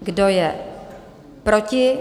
Kdo je proti?